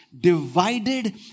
divided